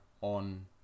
on